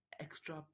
extra